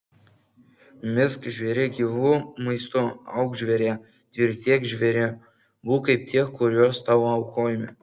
misk žvėrie gyvu maistu auk žvėrie tvirtėk žvėrie būk kaip tie kuriuos tau aukojame